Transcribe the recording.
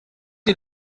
die